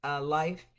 Life